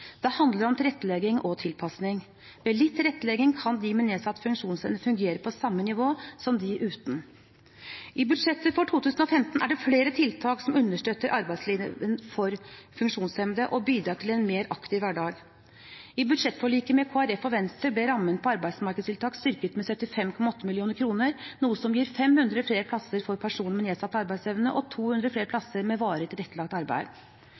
Det handler om tilrettelegging og tilpasning. Med litt tilrettelegging kan de med nedsatt funksjonsevne fungere på samme nivå som de uten. I budsjettet for 2015 er det flere tiltak som understøtter arbeidslinjen for funksjonshemmede og bidrar til en mer aktiv hverdag. I budsjettforliket med Kristelig Folkeparti og Venstre ble rammen for arbeidsmarkedstiltak styrket med 75,8 mill.kr, noe som gir 500 plasser for personer med nedsatt arbeidsevne og 200 flere plasser med varig tilrettelagt arbeid.